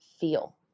feel